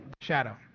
shadow